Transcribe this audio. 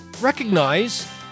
recognize